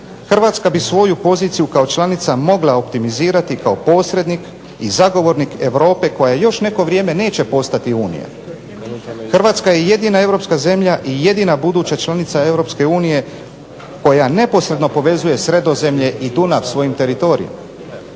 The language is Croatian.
Hrvatska bi svoju poziciju kao članica mogla optimizirati kao posrednik i zagovornik Europe koja još neko vrijeme neće postati Unija. Hrvatska je jedina europska zemlja i jedina buduća članica Europske unije koja neposredno povezuje Sredozemlje i Dunav svojim teritorijem.